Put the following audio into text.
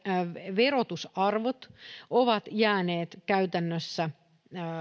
verotusarvot ovat jääneet käytännössä